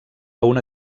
una